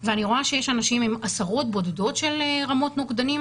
ואני רואה שיש אנשים עם עשרות בודדות של רמות נוגדנים